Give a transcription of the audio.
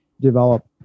develop